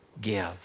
give